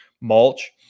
mulch